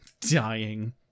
Dying